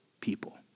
people